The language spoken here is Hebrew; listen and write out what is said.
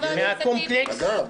חבר הכנסת טיבי חדש,